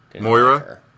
Moira